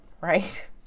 right